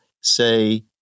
say